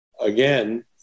again